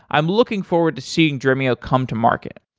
i'm looking forward to seeing dremio come to market.